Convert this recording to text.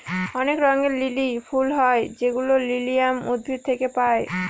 অনেক রঙের লিলি ফুল হয় যেগুলো লিলিয়াম উদ্ভিদ থেকে পায়